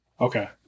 Okay